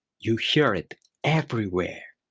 you hear it everywhere